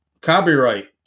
copyright